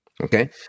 Okay